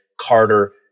Carter